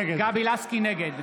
נגד